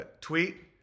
tweet